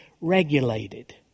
regulated